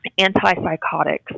Antipsychotics